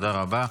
תודה רבה.